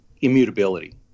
immutability